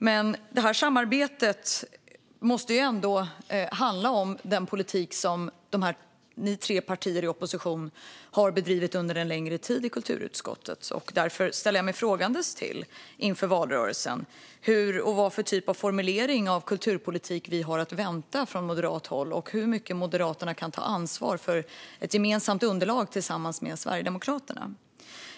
Men samarbetet måste ändå handla om den politik som ni tre partier i opposition har bedrivit under en längre tid i kulturutskottet. Därför ställer jag mig frågande inför valrörelsen till vad för typ av formulering av kulturpolitiken vi har att vänta från moderat håll och till hur mycket Moderaterna kan ta ansvar för i ett gemensamt underlag tillsammans med Sverigedemokraterna.